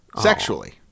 Sexually